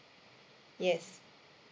yes